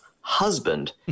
husband